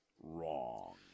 wrong